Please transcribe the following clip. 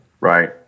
Right